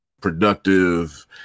productive